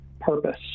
purpose